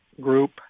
group